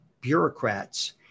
bureaucrats